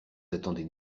attendez